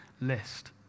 list